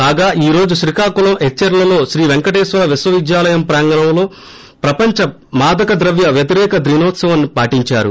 కాగా ఈ రోజు శ్రీకాకుళం ఎచ్చర్లలో శ్రీ పెంకటేశ్వర విశ్వవిద్యాలయం ప్రాంగణంలో ప్రపంచ మాదక ద్రవ్య వ్యతిరేక దినోత్సవంను పాటించారు